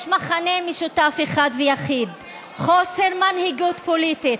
יש מכנה משותף אחד ויחיד: חוסר מנהיגות פוליטית,